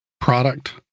product